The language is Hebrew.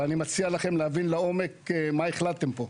אני מציע לכם להבין לעומק מה החלטתם פה.